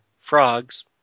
frogs